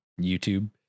YouTube